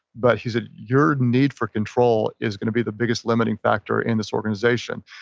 but he said your need for control is going to be the biggest limiting factor in this organization.